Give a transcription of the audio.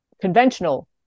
conventional